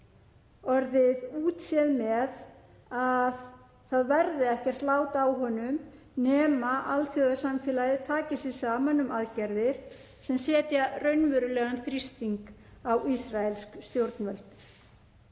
orðið útséð með að eitthvert lát verði á honum nema alþjóðasamfélagið taki sig saman um aðgerðir sem setja raunverulegan þrýsting á ísraelsk stjórnvöld.